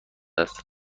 است